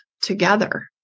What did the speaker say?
together